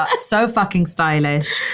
ah so fucking stylish.